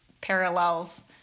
parallels